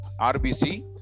RBC